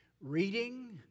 reading